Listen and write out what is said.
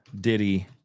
Diddy